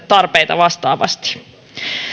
tarpeita vastaavasti